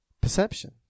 Perception